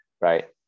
right